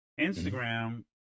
Instagram